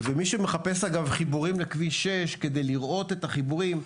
מי שמחפש חיבורים לכביש 6 כדי לראות את החיבורים,